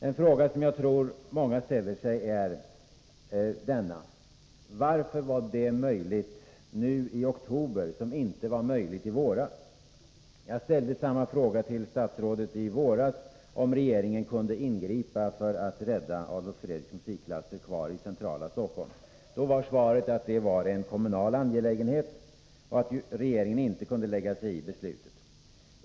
En fråga som jag tror många ställer sig är: Varför var det möjligt nu i oktober som inte var möjligt i våras? Jag frågade statsrådet i våras om regeringen kunde ingripa för att bevara Adolf Fredriks musikklasser i centrala Stockholm. Då var svaret att det var en kommunal angelägenhet och att regeringen inte kunde lägga sig i beslutet.